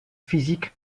physique